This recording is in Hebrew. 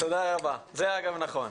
זה נכון.